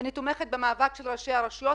אני תומכת במאבק של ראשי הרשויות,